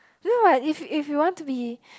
you know what if if you want to be